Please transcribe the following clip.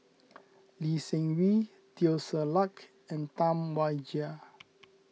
Lee Seng Wee Teo Ser Luck and Tam Wai Jia